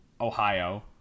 Ohio